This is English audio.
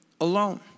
alone